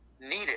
needed